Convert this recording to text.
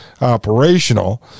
operational